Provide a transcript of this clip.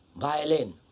violin